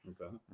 okay